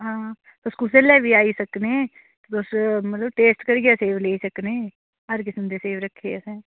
हां तुस कुसलै बी आई सकनें तुस मतलब टेस्ट करियै सेब लेई सकनें हर किस्म दे सेब रक्खे दे असें